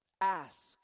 Ask